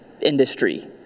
industry